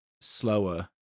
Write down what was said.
slower